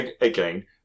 again